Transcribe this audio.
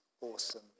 awesome